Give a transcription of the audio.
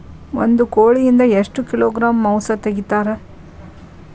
ಒಂದು ಕೋಳಿಯಿಂದ ಎಷ್ಟು ಕಿಲೋಗ್ರಾಂ ಮಾಂಸ ತೆಗಿತಾರ?